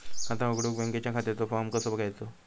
खाता उघडुक बँकेच्या खात्याचो फार्म कसो घ्यायचो?